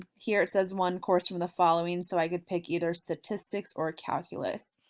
here it says one course from the following so i could pick either statistics or calculus.